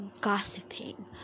gossiping